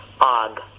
Og